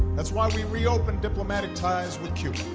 that's why we reopened diplomatic ties with cuba.